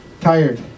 Tired